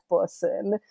person